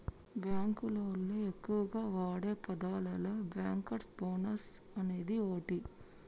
బాంకులోళ్లు ఎక్కువగా వాడే పదాలలో బ్యాంకర్స్ బోనస్ అనేది ఓటి